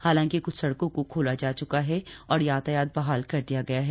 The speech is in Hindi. हालांकि क्छ सड़कों को खोला जा चुका है और यातायात बहाल कर दिया गया है